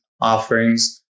offerings